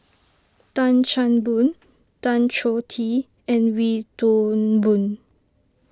Tan Chan Boon Tan Choh Tee and Wee Toon Boon